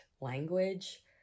language